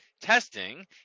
testing